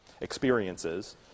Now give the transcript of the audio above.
experiences